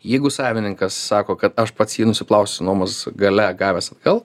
jeigu savininkas sako kad aš pats jį nusiplausiu nuomes gale gavęs atgal